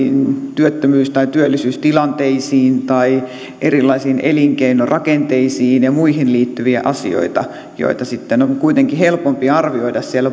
työttömyys tai työllisyystilanteisiin tai erilaisiin elinkeinorakenteisiin ja muihin liittyviä asioita joita sitten on kuitenkin helpompi arvioida